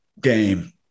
game